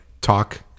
talk